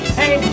hey